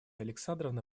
александровна